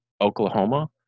Oklahoma